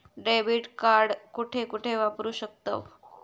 Debit card कुठे कुठे वापरू शकतव?